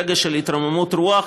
רגע של התרוממות רוח.